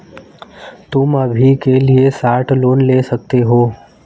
तुम अभी के लिए शॉर्ट लोन ले सकते हो